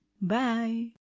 Bye